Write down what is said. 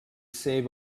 save